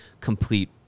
complete